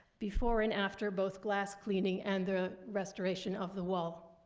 before and after both glass cleaning and the restoration of the wall.